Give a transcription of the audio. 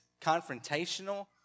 confrontational